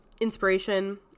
inspiration